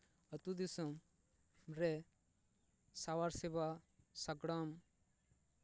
ᱟᱛᱳ ᱫᱤᱥᱚᱢ ᱨᱮ ᱥᱟᱶᱟᱨ ᱥᱮᱵᱟ ᱥᱟᱜᱟᱲᱚᱢ